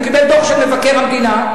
הוא קיבל דוח של מבקר המדינה.